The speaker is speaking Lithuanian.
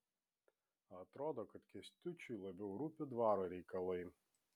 atrodo kad kęstučiui labiau rūpi dvaro reikalai